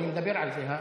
אני מדבר על זה.